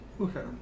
Okay